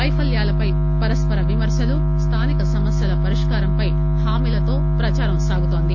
వైఫల్యాలపై పరస్పర విమర్శలు స్టానిక సమస్యల పరిష్కారంపై హామీలతో ప్రదారం సాగుతోంది